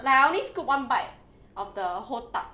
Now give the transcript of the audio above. like I only scoop one bite of the whole tub